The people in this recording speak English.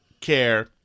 care